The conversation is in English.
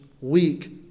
weak